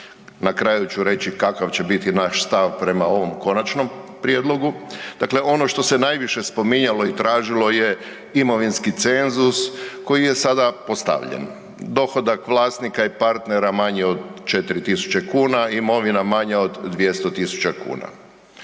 na kraju ću reći kakav će biti naš stav prema ovom konačnom prijedlogu, dakle ono što se najviše spominjalo i tražilo je imovinski cenzus koji je sada postavljen. Dohodak vlasnika i partnera manji od 4.000,00 kn, imovina manja od 200.000,00